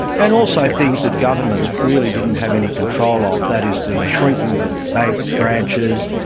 and also things that governments really didn't have any control of, that is, the shrinking of bank branches,